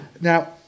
Now